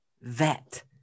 vet